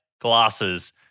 glasses